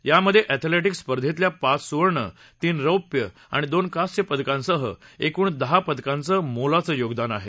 त्यामध्ये अँथलेटिक्स स्पर्धेतल्या पाच सुवर्ण तीन रौप्य आणि दोन कांस्यपदकांसह एकूण दहा पदकांचं मोलाचं योगदान आहे